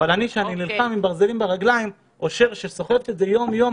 אבל אני נלחם עם ברזלים ברגליים ושר סוחבת את זה יום-יום.